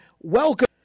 Welcome